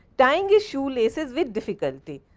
tying his shoe laces with difficulty.